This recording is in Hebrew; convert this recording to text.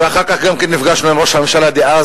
ואחר כך גם נפגשנו עם ראש הממשלה דאז,